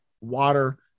water